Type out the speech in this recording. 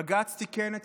בג"ץ תיקן את